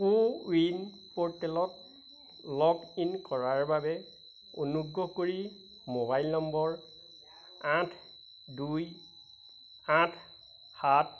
কো win প'ৰ্টেলত log in কৰাৰ বাবে অনুগ্ৰহ কৰি মোবাইল নম্বৰ আঠ দুই আঠ সাত